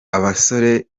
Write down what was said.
abasore